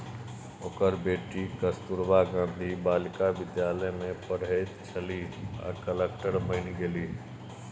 ओकर बेटी कस्तूरबा गांधी बालिका विद्यालय मे पढ़ैत छलीह आ कलेक्टर बनि गेलीह